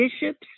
bishops